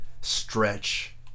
stretch